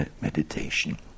meditation